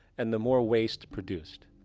and the more waste produced.